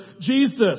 Jesus